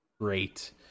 great